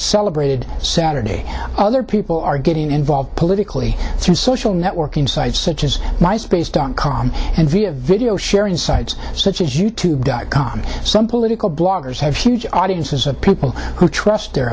celebrated saturday other people are getting involved politically through social networking sites such as my space dot com and via video sharing sites such as you tube dot com some political bloggers have huge audiences of people who trust their